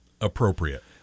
appropriate